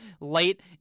late